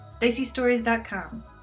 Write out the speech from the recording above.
diceystories.com